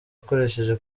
akoresheje